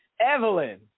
Evelyn